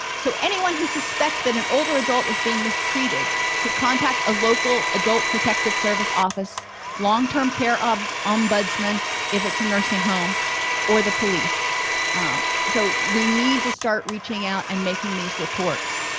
so anyone who suspects that an older adult is being missed readed should contact a local adult protective service office long-term care um ombudsman if it's a nursing home or the police so we need to start reaching out and making these reports